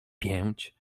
pięć